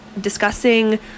discussing